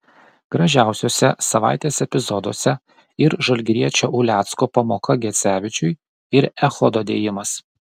gražiausiuose savaitės epizoduose ir žalgiriečio ulecko pamoka gecevičiui ir echodo dėjimas